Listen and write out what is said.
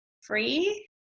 free